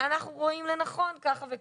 אנחנו רואים לנכון ככה וככה.